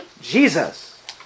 Jesus